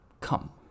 come